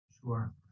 Sure